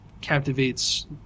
captivates